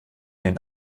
den